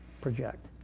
project